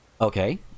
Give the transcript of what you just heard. Okay